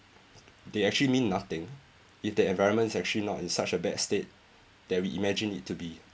they actually mean nothing if the environment is actually not in such a bad state that we imagine it to be